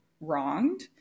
wronged